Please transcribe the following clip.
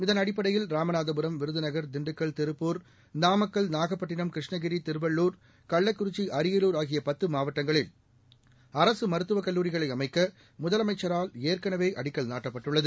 இதன் அடிப்படையில் ராமநாதபுரம் விருதுநகர் திண்டுக்கல் திருப்பூர் நாமக்கல் நாகப்பட்டிணம் கிருஷ்ணகிரி திருவள்ளூர் கள்ளக்குறிச்சி அரியலூர் ஆகிய பத்து மாவட்டங்களில் அரசு மருத்துவக் கல்லூரிகளை அமைக்க முதலமைச்சரால் ஏற்கனவே அடிக்கல் நாட்டப்பட்டுள்ளது